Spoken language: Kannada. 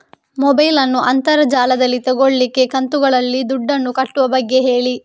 ಮೊಬೈಲ್ ನ್ನು ಅಂತರ್ ಜಾಲದಲ್ಲಿ ತೆಗೋಲಿಕ್ಕೆ ಕಂತುಗಳಲ್ಲಿ ದುಡ್ಡನ್ನು ಕಟ್ಟುವ ಬಗ್ಗೆ ಹೇಳಿ